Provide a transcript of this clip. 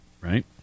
right